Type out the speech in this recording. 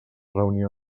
reunions